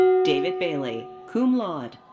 david bailey, cum laude.